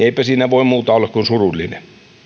eipä siinä voi muuta olla kuin surullinen